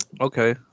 okay